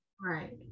Right